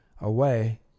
away